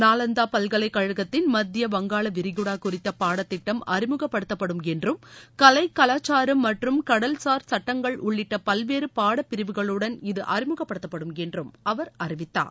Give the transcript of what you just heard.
நாலந்தா பல்கலைக்கழகத்தின் மத்திய வங்காள விரிகுடா குறித்த பாடத்திட்டம் அறிமுகப்படுத்தப்படும் என்றும் கலை கலாச்சாரம் மற்றும் கடல் சார் சுட்டங்கள் உள்ளிட்ட பல்வேறு பாடப்பிரிவுகளுடன் இது அறிமுகப்படுத்தப்படும் என்றும் அவர் அறிவித்தார்